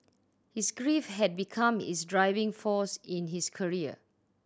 his grief had become his driving force in his career